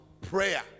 prayer